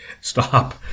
Stop